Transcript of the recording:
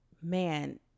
man